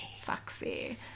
Foxy